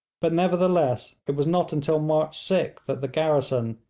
but nevertheless it was not until march sixth that the garrison,